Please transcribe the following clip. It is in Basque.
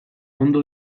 ondo